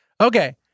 Okay